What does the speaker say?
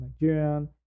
nigerian